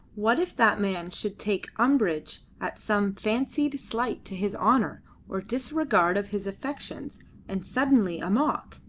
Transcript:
what if that man should take umbrage at some fancied slight to his honour or disregard of his affections and suddenly amok?